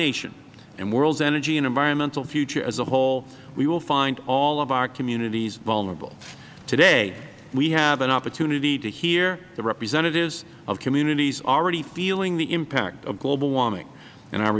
nation and world's energy and environmental future as a whole we will find all of our communities vulnerable today we have an opportunity to hear the representatives of communities already feeling the impact of global warming and our